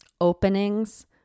openings